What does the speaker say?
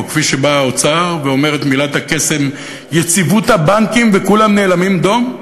או כפי שבא האוצר ואומר את מילת הקסם "יציבות הבנקים" וכולם נאלמים דום?